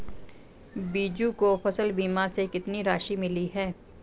बीजू को फसल बीमा से कितनी राशि मिली है?